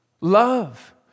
Love